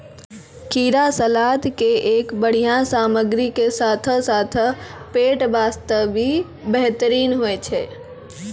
खीरा सलाद के एक बढ़िया सामग्री के साथॅ साथॅ पेट बास्तॅ भी बेहतरीन होय छै